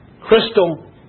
Crystal